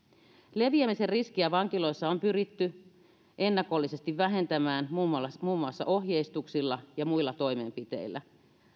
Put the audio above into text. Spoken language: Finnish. leviämisen riskiä vankiloissa on pyritty ennakollisesti vähentämään muun muassa ohjeistuksilla ja muilla toimenpiteillä